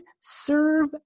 serve